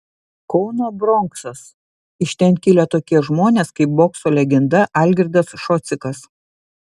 kauno bronksas iš ten kilę tokie žmonės kaip bokso legenda algirdas šocikas